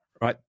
right